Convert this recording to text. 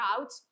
out